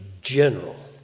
general